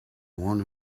want